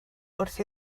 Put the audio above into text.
wrth